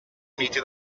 uniti